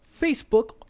Facebook